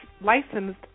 licensed